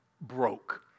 broke